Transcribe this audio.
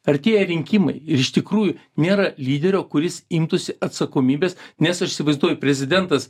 artėja rinkimai ir iš tikrųjų nėra lyderio kuris imtųsi atsakomybės nes aš įsivaizduoju prezidentas